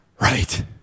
Right